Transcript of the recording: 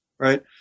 Right